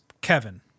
Kevin